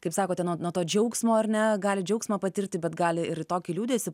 kaip sakote nuo to džiaugsmo ar ne gali džiaugsmą patirti bet gali ir į tokį liūdesį